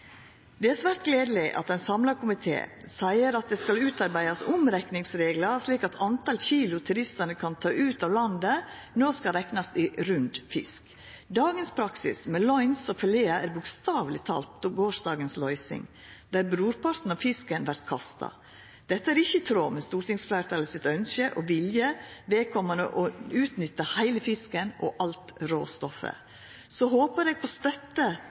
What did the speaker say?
Det er svært gledeleg at ein samla komité seier at det skal utarbeidast omrekningsreglar, slik at talet på kilo som turistane kan ta ut av landet, no skal reknast i rund fisk. Dagens praksis med loins og filetar er bokstaveleg talt gårsdagens løysing, der brorparten av fisken vert kasta. Dette er ikkje i tråd med stortingsfleirtalet sitt ønske og vilje når det gjeld å utnytta heile fisken og alt råstoffet. Eg håpar på støtte